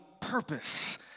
purpose